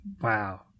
Wow